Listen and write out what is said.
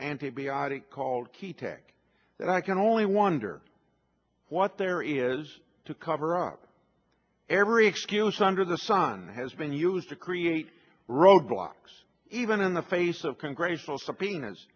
antibiotic called key tag that i can only wonder what there is to cover of every excuse under the sun has been used to create roadblocks even in the face of congressional subpoenas